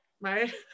right